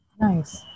Nice